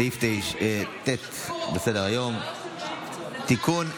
סעיף ט' בסדר-היום: הצעת חוק הביטוח הלאומי (תיקון,